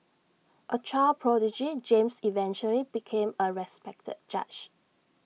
A child prodigy James eventually became A respected judge